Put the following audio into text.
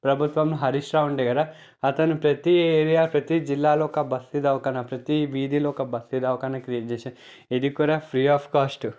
ప్రభుత్వం హరీష్ రావు ఉండే కదా అతను ప్రతి ఏరియా ప్రతి జిల్లాలో ఒక బస్తీ దవాఖానా ప్రతి వీధిలో ఒక బస్తీ దవాఖానా క్రియేట్ చేసి ఇది కూడా ఫ్రీ ఆఫ్ కాస్ట్